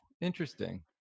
interesting